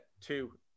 two